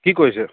কি কৰিছে